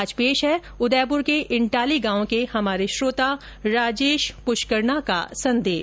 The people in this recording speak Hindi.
आज पेश है उदयपर् के इंटाली गांव के हमारे श्रोता राजेश पुष्करणा का संदेश